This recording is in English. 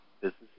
business